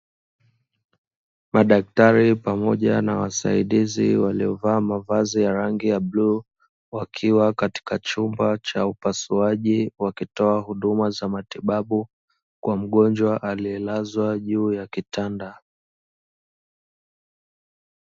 Madaktari pamoja na wasaidizi waliovaa mavazi ya rangi ya bluu, wakiwa katika chumba cha upasuaji wakitoa huduma za matibabu kwa mgonjwa aliyelazwa juu ya kitanda.